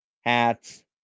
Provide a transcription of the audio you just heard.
hats